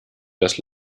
das